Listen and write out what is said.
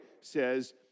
says